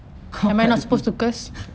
kau cut dia punya